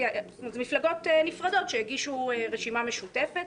אלו מפלגות נפרדות שהגישו רשימה משותפת,